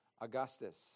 Augustus